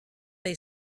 they